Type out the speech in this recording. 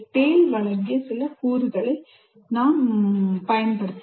TALE வழங்கிய சில கூறுகளைப் பயன்படுத்தவும்